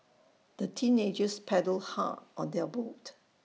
the teenagers paddled hard on their boat